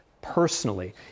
Personally